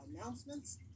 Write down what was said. announcements